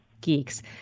Geeks